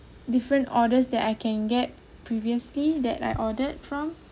different orders that I can get previously that I ordered from